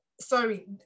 sorry